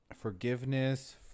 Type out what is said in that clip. forgiveness